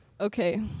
Okay